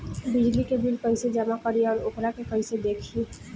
बिजली के बिल कइसे जमा करी और वोकरा के कइसे देखी?